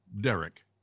Derek